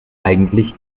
eigentlich